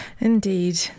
indeed